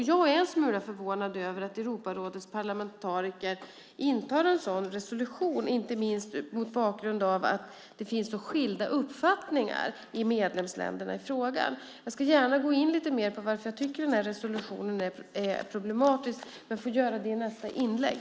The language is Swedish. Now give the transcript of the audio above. Jag är en smula förvånad över att Europarådets parlamentariker antar en sådan resolution, inte minst mot bakgrund av att det finns så skilda uppfattningar i medlemsländerna i frågan. Jag ska gärna gå in lite mer på varför jag tycker att den här resolutionen är problematisk, men jag får göra det i nästa inlägg.